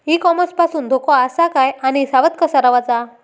E commerce पासून धोको आसा काय आणि सावध कसा रवाचा?